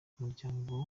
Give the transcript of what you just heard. umuryango